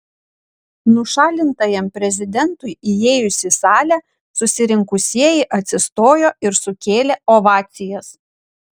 nušalintajam prezidentui įėjus į salę susirinkusieji atsistojo ir sukėlė ovacijas